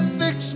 fix